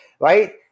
right